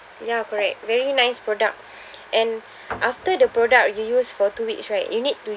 ya correct very nice product and after the product you use for two weeks right you need to